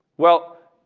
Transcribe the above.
well,